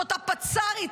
זאת הפצ"רית,